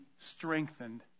strengthened